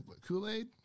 Kool-Aid